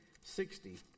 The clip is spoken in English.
sixty